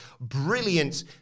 brilliant